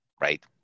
right